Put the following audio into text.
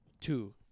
Two